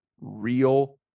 real